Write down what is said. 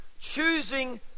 choosing